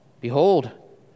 Behold